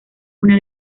una